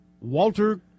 Walter